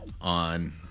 on